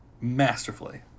masterfully